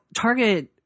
target